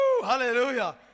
hallelujah